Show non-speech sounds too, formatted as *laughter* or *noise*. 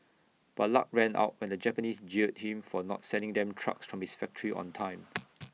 but luck ran out when the Japanese jailed him for not sending them trucks from his factory on time *noise*